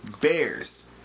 Bears